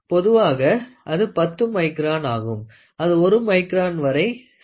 பொதுவாக அது 10 micron ஆகும் அது 1 micron வரை செல்லும்